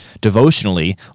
devotionally